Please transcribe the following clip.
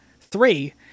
three